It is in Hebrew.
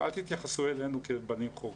ואל תתייחסו אלינו כאל בנים חורגים.